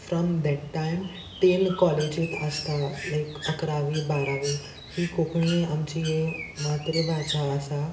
from that time till कॉलेजींत आसता लायक अकरावी बारावी ही कोंकणी आमची ही मातृभाशा आसा